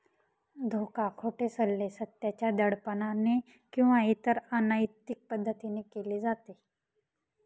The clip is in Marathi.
धोका, खोटे सल्ले, सत्याच्या दडपणाने किंवा इतर अनैतिक पद्धतीने केले जाते